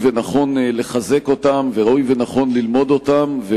ונכון לחזק אותם וראוי ונכון ללמוד אותם,